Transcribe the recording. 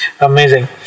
Amazing